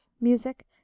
music